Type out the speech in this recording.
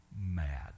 mad